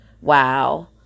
wow